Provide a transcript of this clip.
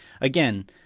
Again